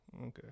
Okay